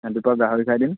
সেইটোতো আৰু গাহৰি চাই দিম